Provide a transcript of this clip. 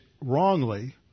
wrongly